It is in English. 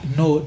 no